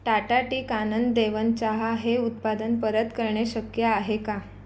Tata tea Kanan Devan चहा हे उत्पादन परत करणे शक्य आहे का